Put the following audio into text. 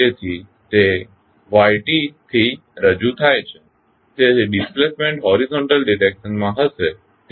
તેથી તે yt થીરજૂ થાય છે તેથી ડિસ્પ્લેસમેન્ટ હોરિઝોન્ટલ ડિરેક્શનમાં હશે